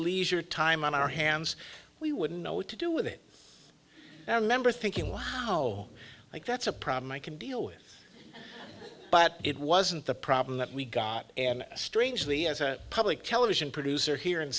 leisure time on our hands we wouldn't know what to do with it and i remember thinking wow like that's a problem i can deal with but it wasn't the problem that we got and strangely as a public television producer here in